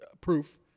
proof